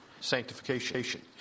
Sanctification